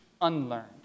unlearned